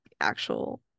actual